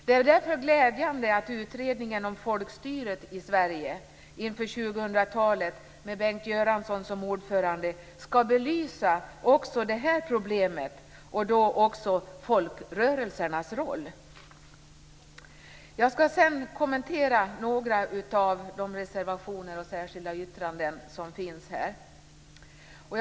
Det är därför glädjande att utredningen om folkstyret i Sverige inför 2000-talet, med Bengt Göransson som ordförande, skall belysa också det här problemet och också folkrörelsernas roll. Jag skall också kommentera några av de reservationer och särskilda yttranden som finns i betänkandet.